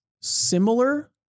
similar